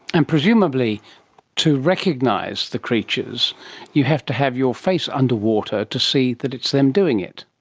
and presumably to recognise to creatures you have to have your face underwater to see that it's them doing it.